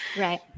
right